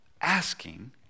asking